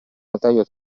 notaio